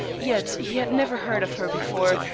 yet he had never heard of her before,